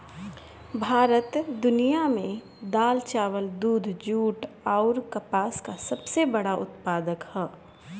भारत दुनिया में दाल चावल दूध जूट आउर कपास का सबसे बड़ा उत्पादक ह